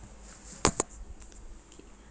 K